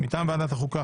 מטעם ועדת החוקה,